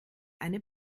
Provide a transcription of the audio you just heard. eine